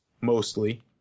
mostly